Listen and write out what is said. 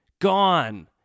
gone